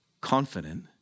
confident